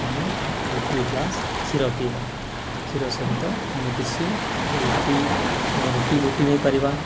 ଆମେ ଗୋଟିଏ ଗ୍ଲାସ୍ କ୍ଷୀର ପିଇବା କ୍ଷୀର ସହିତ ଆମେ କିଛି ରୁଟି ଆମେ ରୁଟି ରୁଟି ନେଇପାରିବା